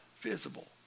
visible